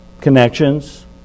connections